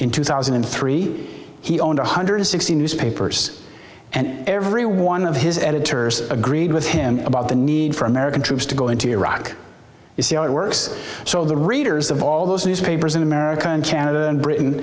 in two thousand and three he owned one hundred sixty newspapers and every one of his editors agreed with him about the need for american troops to go into iraq you see how it works so the readers of all those newspapers in america and canada and